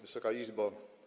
Wysoka Izbo!